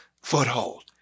foothold